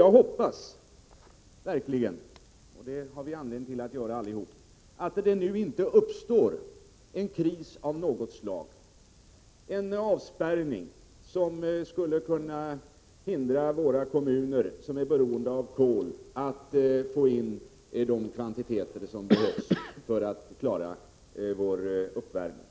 Jag hoppas verkligen, och det har vi allihop anledning att göra, att det nu inte uppstår en kris av något slag, t.ex. en avspärrning som skulle kunna hindra våra kommuner som är beroende av kol att få in de kvantiteter som behövs för att klara vår uppvärmning.